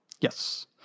Yes